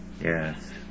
Yes